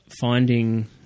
Finding